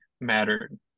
mattered